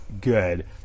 good